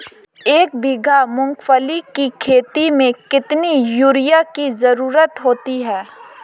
एक बीघा मूंगफली की खेती में कितनी यूरिया की ज़रुरत होती है?